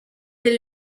est